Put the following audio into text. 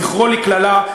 זכרו לקללה,